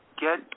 get